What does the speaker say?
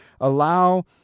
allow